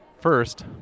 First